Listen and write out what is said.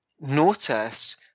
notice